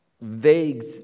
vague